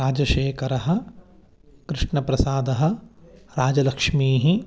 राजशेखरः कृष्णप्रसादः राजलक्ष्मीः